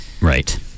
right